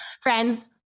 Friends